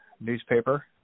newspaper